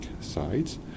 sides